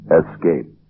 escape